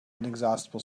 inexhaustible